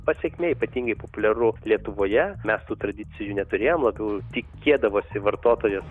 pasekmė ypatingai populiaru lietuvoje mes tų tradicijų neturėjom labiau tikėdavosi vartotojas